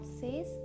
says